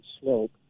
slope